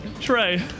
Trey